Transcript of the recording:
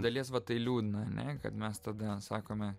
dalies va tai liūdina ane kad mes tada sakome